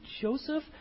Joseph